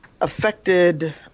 affected